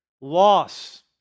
Loss